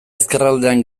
ezkerraldean